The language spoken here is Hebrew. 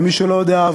למי שלא יודע,